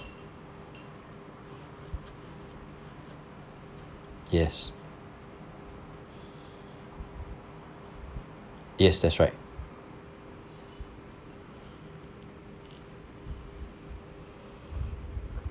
yes yes that's right